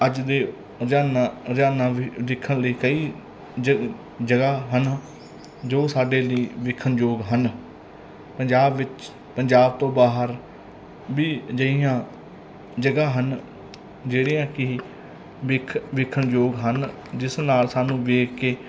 ਅੱਜ ਦੇ ਰੁਝਾਨਾਂ ਰੁਝਾਨਾਂ ਦੇ ਦੇਖਣ ਲਈ ਕਈ ਜ ਜਗ੍ਹਾ ਹਨ ਜੋ ਸਾਡੇ ਲਈ ਵੇਖਣਯੋਗ ਹਨ ਪੰਜਾਬ ਵਿੱਚ ਪੰਜਾਬ ਤੋਂ ਬਾਹਰ ਵੀ ਅਜਿਹੀਆਂ ਜਗ੍ਹਾ ਹਨ ਜਿਹੜੀਆਂ ਕਿ ਵੇਖ ਵੇਖਣਯੋਗ ਹਨ ਜਿਸ ਨਾਲ ਸਾਨੂੰ ਵੇਖ ਕੇ